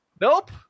Nope